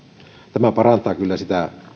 tämä parantaa kyllä sitä